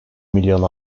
milyon